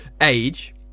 age